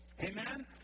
Amen